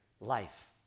life